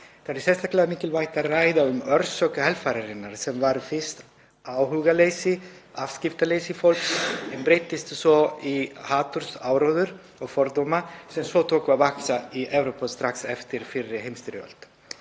Það er sérstaklega mikilvægt að ræða um orsök helfararinnar sem var fyrst áhugaleysi og afskiptaleysi fólks en breyttist í hatursáróður og fordóma sem svo tóku að vaxa í Evrópu strax eftir fyrri heimsstyrjöld.